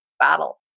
battle